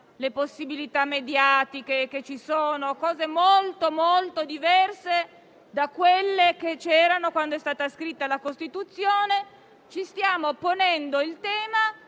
possibilità mediatiche e dove le situazioni sono molto diverse da quelle che c'erano quando è stata scritta la Costituzione. Ci stiamo ponendo il tema